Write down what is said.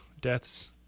deaths